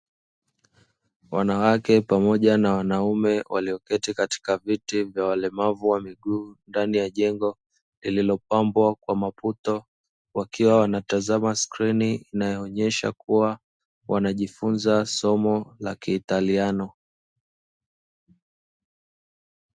Wanawake pamoja na wanaume walioketi katika viti vya walemavu wa miguu ndani ya jengo lililopambwa kwa maputo, wakiwa wanatazama skrini inaonyesha kua wanajifunza somo la kiitaliano.